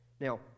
Now